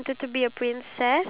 is it